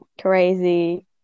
crazy